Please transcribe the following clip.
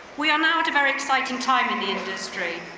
we are now at a very exciting time in the industry.